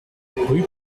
rue